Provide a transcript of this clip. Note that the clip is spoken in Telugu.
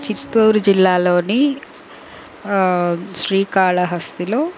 చిత్తూరు జిల్లాలోని శ్రీకాళహస్తిలో